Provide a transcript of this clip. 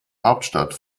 hauptstadt